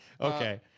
Okay